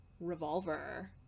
Revolver